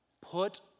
put